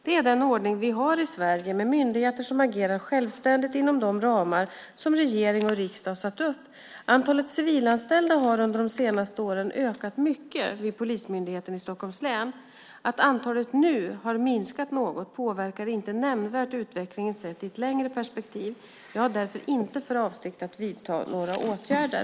Det är den ordning vi har i Sverige med myndigheter som agerar självständigt inom de ramar som regering och riksdag satt upp. Antalet civilanställda har under de senaste åren ökat mycket vid Polismyndigheten i Stockholms län. Att antalet nu har minskat något påverkar inte nämnvärt utvecklingen sett i ett längre perspektiv. Jag har därför inte för avsikt att vidta några åtgärder.